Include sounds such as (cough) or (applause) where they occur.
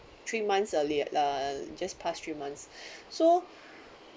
three months earlier uh just past three months (breath) so